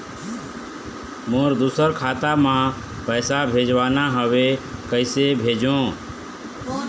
मोर दुसर खाता मा पैसा भेजवाना हवे, कइसे भेजों?